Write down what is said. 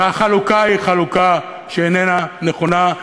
והחלוקה היא חלוקה שאיננה נכונה,